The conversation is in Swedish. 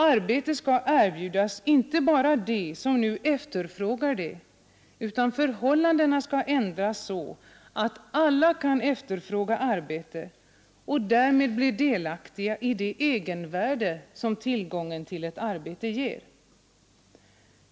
Arbete skall erbjudas inte bara dem som nu efterfrågar det, utan förhållandena skall ändras så att alla kan efterfråga arbete och därmed bli delaktiga i det egenvärde som tillgången till ett arbete ger.